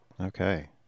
Okay